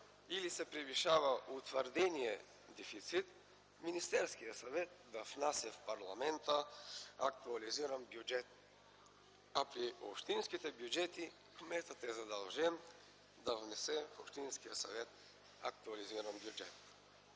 или се превишава утвърденият дефицит, Министерският съвет да внася в парламента актуализиран бюджет, а при общинските бюджети кметът е задължен да внесе актуализиран бюджет